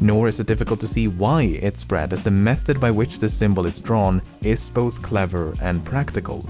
nor is it difficult to see why it spread as the method by which this symbol is drawn is both clever and practical.